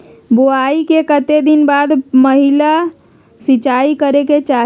बोआई के कतेक दिन बाद पहिला सिंचाई करे के चाही?